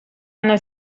hanno